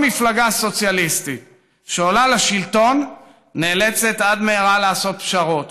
כל מפלגה סוציאליסטית שעולה לשלטון נאלצת עד מהרה לעשות פשרות.